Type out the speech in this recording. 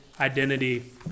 identity